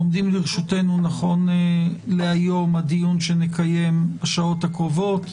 עומדים לרשותנו נכון להיום הדיון שנקיים בשעות הקרובות,